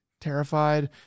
terrified